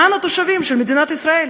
למען התושבים של מדינת ישראל.